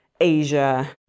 Asia